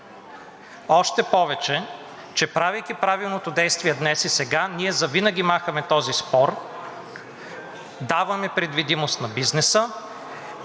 още повече че правейки правилното действие днес и сега, ние завинаги махаме този спор, даваме предвидимост на бизнеса